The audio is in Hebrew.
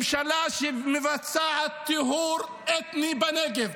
ממשלה שמבצעת טיהור אתני בנגב,